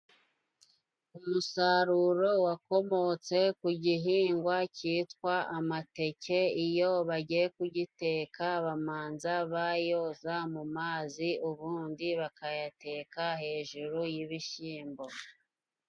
Umusaruro wakomotse ku gihingwa cyitwa amateke, iyo bagiye kugiteka bamanza bayoza mu mazi ubundi bakayateka hejuru y'ibishimbo.